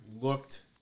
looked